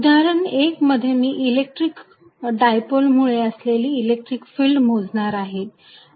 उदाहरण एक मध्ये मी इलेक्ट्रिक डायपोल मुळे असलेली इलेक्ट्रिक फिल्ड मोजणार आहे